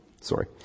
Sorry